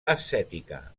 ascètica